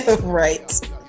Right